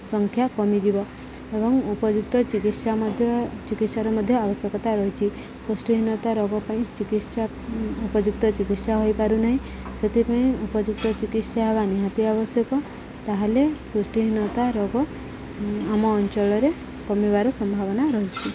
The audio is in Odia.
ସଂଖ୍ୟା କମିଯିବ ଏବଂ ଉପଯୁକ୍ତ ଚିକିତ୍ସା ମଧ୍ୟ ଚିକିତ୍ସାର ମଧ୍ୟ ଆବଶ୍ୟକତା ରହିଛିି ପୃଷ୍ଟିହୀନତା ରୋଗ ପାଇଁ ଚିକିତ୍ସା ଉପଯୁକ୍ତ ଚିକିତ୍ସା ହୋଇପାରୁନାହିଁ ସେଥିପାଇଁ ଉପଯୁକ୍ତ ଚିକିତ୍ସା ହେବା ନିହାତି ଆବଶ୍ୟକ ତା'ହେଲେ ପୃଷ୍ଟିହୀନତା ରୋଗ ଆମ ଅଞ୍ଚଳରେ କମିବାର ସମ୍ଭାବନା ରହିଛିି